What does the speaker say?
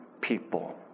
people